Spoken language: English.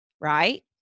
right